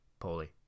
Paulie